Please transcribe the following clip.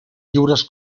lliures